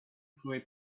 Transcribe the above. through